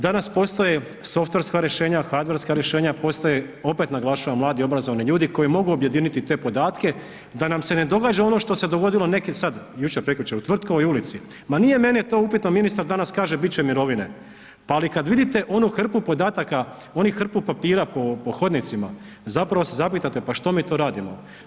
Danas postoje softverska rješenja, hardverska rješenja, postoje opet naglašavam mladi obrazovni ljudi koji mogu objediniti te podatke da nam se ne događa ono što se događa neki sad, jučer, prekjučer u Tvrtkovoj ulici, ma nije meni to upitno, ministar danas kaže bit će mirovine pa ali kada vidite onu hrpu podataka, onu hrpu papira po hodnicima zapravo se zapitate pa što mi to radimo.